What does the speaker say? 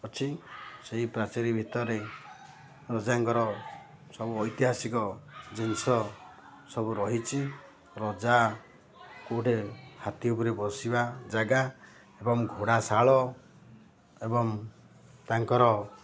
ଅଛି ସେହି ପ୍ରାଚେରୀ ଭିତରେ ରଜାଙ୍କର ସବୁ ଐତିହାସିକ ଜିନିଷ ସବୁ ରହିଛି ରଜା କୋଉ ଗୋଟେ ହାତୀ ଉପରେ ବସିବା ଜାଗା ଏବଂ ଘୋଡ଼ାଶାଳ ଏବଂ ତାଙ୍କର